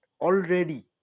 already